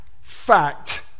fact